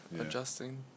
adjusting